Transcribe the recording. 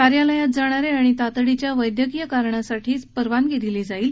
कार्यालयात जाणारे आणि तातडीच्या वैदयकीय कारणासाठीच परवानगी दिली जाईल